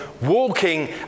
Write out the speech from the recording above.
walking